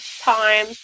time